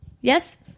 Yes